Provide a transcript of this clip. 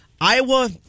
Iowa